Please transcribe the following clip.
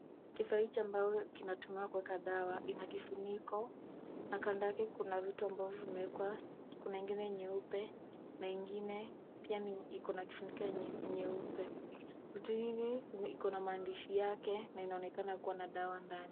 Kifaa hichi ambayo kinatumiwa kuweka dawa ina kifuniko na kando yake kuna vitu ambavyo vimewekwa. Kuna ingine nyeupe na ingine pia iko na kifuniko nyeupe. Vitu hivi viko na maandishi yake na inaonekana kuwa na dawa ndani.